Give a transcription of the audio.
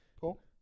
Cool